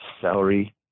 celery